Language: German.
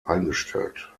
eingestellt